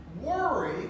worry